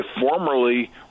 formerly